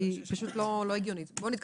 בואו נתקדם.